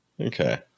Okay